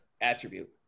attribute